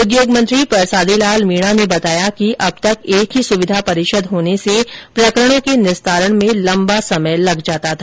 उद्योग मंत्री परसादी लाल मीणा ने बताया कि अब तक एक ही सुविधा परिषद होने से प्रकरणों के निस्तारण में लंबा समय लग जाता था